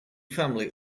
family